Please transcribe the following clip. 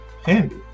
handy